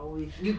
mm